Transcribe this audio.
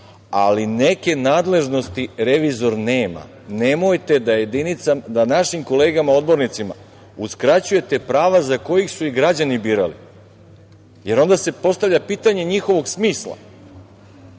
ali neke nadležnosti Revizor nema. Nemojte da našim kolegama odbornicima uskraćujete prava za kojih su ih građani birali, jer onda se postavlja pitanje njihovog smisla,